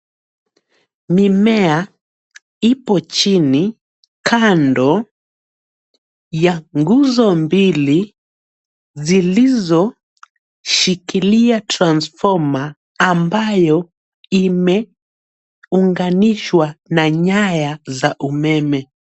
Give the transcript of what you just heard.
Mimea ipo chini kando ya nguzo mbili zilizoshikilia transfoma ambayo imeunganishwa na nyaya za umeme.